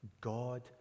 God